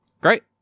Great